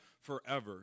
forever